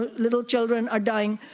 little children are dying.